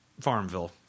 Farmville